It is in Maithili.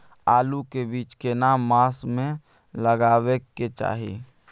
आलू के बीज केना मास में लगाबै के चाही?